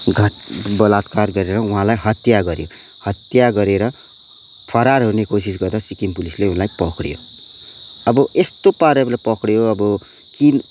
घात बलात्कार गरेर उहाँलाई हत्या गरियो हत्या गरेर फरार हुने कोसिस गर्दा सिक्किम पुलिसले उसलाई पक्रियो अब यस्तो पाराले पक्रियो अब कि